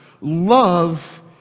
Love